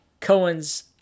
Cohen's